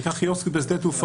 ניקח כדוגמה קיוסק בשדה תעופה,